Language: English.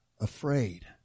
afraid